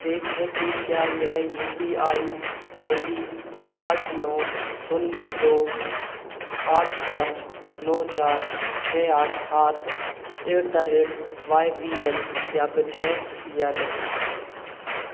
देखें कि क्या यह U P I I D आठ नौ शून्य दो आठ पाँच नौ चार छह आठ सात at the rate Y B L सत्यापित है या नहीं